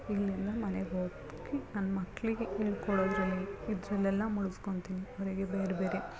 ಇಲ್ಲಿಂದ ಮನೆಗೆ ಹೋಗಿ ನನ್ನ ಮಕ್ಕಳಿಗೆ ಹೇಳ್ಕೊಡೋದ್ರಲ್ಲಿ ಇದರಲ್ಲೆಲ್ಲ ಮುಳುಗ್ಸ್ಕೊತಿನಿ ಅವರಿಗೆ ಬೇರೆ ಬೇರೆ